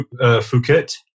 Phuket